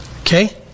Okay